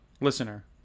Listener